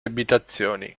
abitazioni